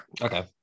okay